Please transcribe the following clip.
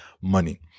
money